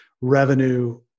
revenue